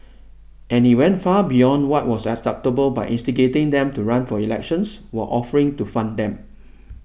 and he went far beyond what was acceptable by instigating them to run for elections while offering to fund them